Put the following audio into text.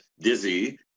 Dizzy